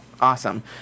awesome